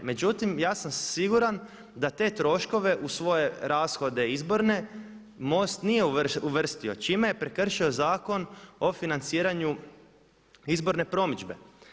Međutim, ja sam siguran da te troškove uz svoje rashode izborne MOST nije uvrstio čime je prekršio Zakon o financiranju izborne promidžbe.